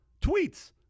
tweets